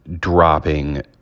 dropping